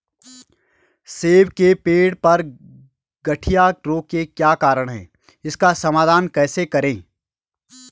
सेब के पेड़ पर गढ़िया रोग के क्या कारण हैं इसका समाधान कैसे करें?